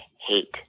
hate